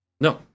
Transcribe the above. No